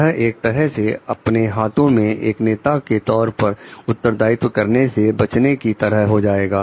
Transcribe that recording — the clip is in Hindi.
यह एक तरह से अपने हाथों को एक नेता के तौर पर उत्तरदायित्व करने से बचने की तरह हो जाएगा